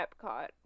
Epcot